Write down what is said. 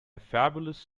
fabulous